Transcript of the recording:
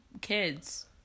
kids